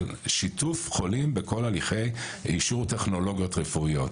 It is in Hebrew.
על שיתוף חולים בכל הליכי אישור טכנולוגיות רפואיות.